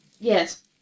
yes